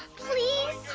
please?